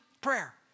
prayer